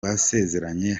basezeranye